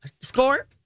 Score